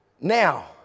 Now